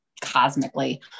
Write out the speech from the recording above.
cosmically